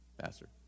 pastor